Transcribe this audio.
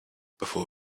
before